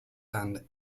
and